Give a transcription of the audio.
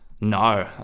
No